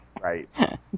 Right